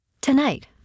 Tonight